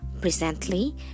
Presently